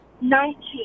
Nineteen